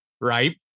right